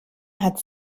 hat